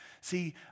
See